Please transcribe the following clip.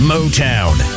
Motown